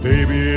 Baby